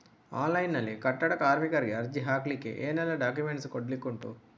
Online ನಲ್ಲಿ ಕಟ್ಟಡ ಕಾರ್ಮಿಕರಿಗೆ ಅರ್ಜಿ ಹಾಕ್ಲಿಕ್ಕೆ ಏನೆಲ್ಲಾ ಡಾಕ್ಯುಮೆಂಟ್ಸ್ ಕೊಡ್ಲಿಕುಂಟು?